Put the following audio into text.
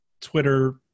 twitter